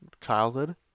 childhood